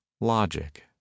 logic